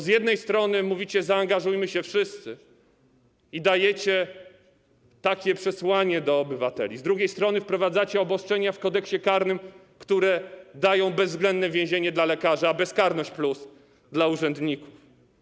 Z jednej strony mówicie „zaangażujmy się wszyscy” i dajecie takie przesłanie dla obywateli, a z drugiej strony wprowadzacie obostrzenia w Kodeksie karnym, które dają bezwzględne więzienie dla lekarzy, a bezkarność+ dla urzędników.